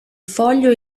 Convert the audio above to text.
foglio